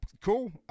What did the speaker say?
cool